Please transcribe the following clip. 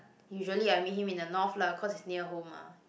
usually I meet him in the North lah cause it's near home mah